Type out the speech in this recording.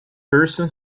person